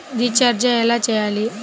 Recharge ఎలా చెయ్యాలి?